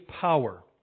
power